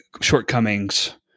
shortcomings